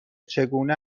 چگونه